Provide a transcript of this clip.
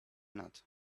not